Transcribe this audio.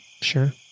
Sure